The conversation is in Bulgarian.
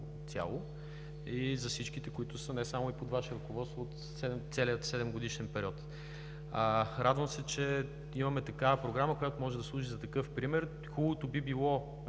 цяло, и за всичките, които са не само под Ваше ръководство за целия 7-годишен период. Радвам се, че имаме такава програма, която може да служи за такъв пример. Хубаво би било,